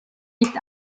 nicht